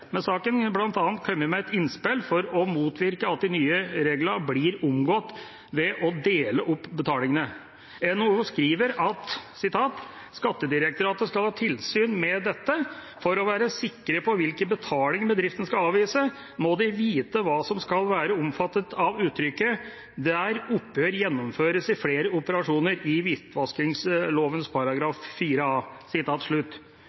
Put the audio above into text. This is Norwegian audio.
saken bl.a. kommet med et innspill for å motvirke at de nye reglene blir omgått ved å dele opp betalinger. NHO skriver: «Skattekontoret skal ha tilsyn med dette. For å være sikre på hvilke betalinger bedriftene skal avvise, må de vite hva som skal være omfattet av uttrykket ‘der oppgjøret gjennomføres i flere operasjoner’ i